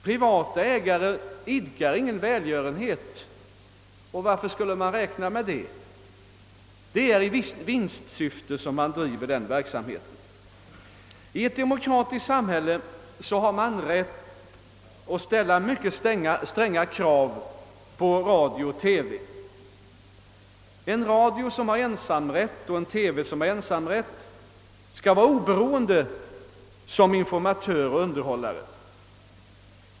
Privata ägare idkar ingen välgörenhet — och varför skulle vi räkna med det? I ett demokratiskt samhälle har man rätt att ställa mycket stränga krav på radio och TV. En radio med ensamrätt och en TV med ensamrätt skall vara oberoende såsom informatörer och underhållare.